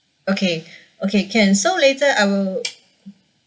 okay okay can so later I will